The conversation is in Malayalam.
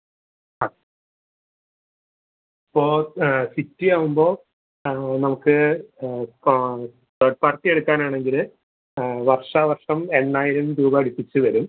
അ ഇപ്പോൾ സിറ്റി ആവുമ്പോൾ നമുക്ക് ഇപ്പോൾ തേർഡ് പാർട്ടി എടുക്കാനാണെങ്കിൽ വർഷാ വർഷം എണ്ണായിരം രൂപ അടുപ്പിച്ച് വരും